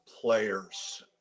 players